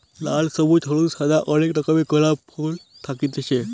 লাল, সবুজ, হলুদ, সাদা অনেক রকমের গোলাপ ফুল থাকতিছে